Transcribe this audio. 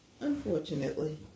Unfortunately